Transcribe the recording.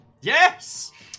Yes